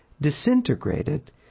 disintegrated